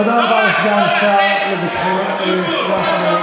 תודה רבה לסגן השר במשרד ראש הממשלה.